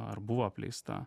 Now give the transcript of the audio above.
ar buvo apleista